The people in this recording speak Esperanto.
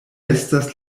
estas